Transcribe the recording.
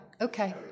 okay